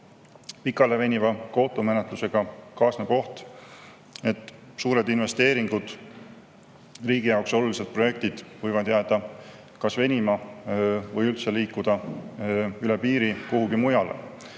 Pikaleveniva kohtumenetlusega kaasneb oht, et suured investeeringud, riigi jaoks olulised projektid võivad jääda kas venima või üldse liikuda üle piiri kuhugi mujale,